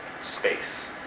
space